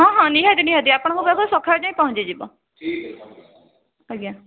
ହଁ ହଁ ନିହାତି ନିହାତି ଆପଣଙ୍କ ପାଖକୁ ସକାଳେ ଯାଇ ପହଞ୍ଚିଯିବ ଆଜ୍ଞା